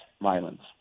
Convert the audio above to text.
violence